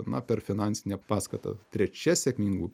na per finansinę paskatą trečia sėkmingų